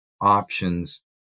options